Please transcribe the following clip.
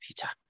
peter